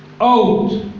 out